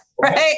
right